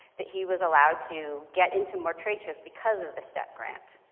that he was allowed to get into more trade shows because of the step grant.